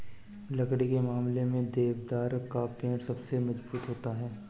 लकड़ी के मामले में देवदार का पेड़ सबसे मज़बूत होता है